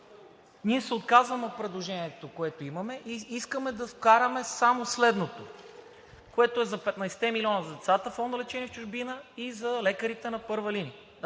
ние се отказваме от предложението, което имаме, и искаме да вкараме само следното, което е за 15-те милиона за децата – Фонда за лечение в чужбина, и за лекарите на първа линия,